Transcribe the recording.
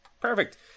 Perfect